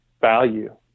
value